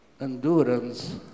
endurance